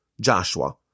Joshua